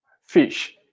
fish